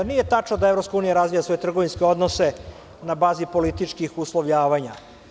Nije tačno da EU razvija svoje trgovinske odnose na bazi političkih uslovljavanja.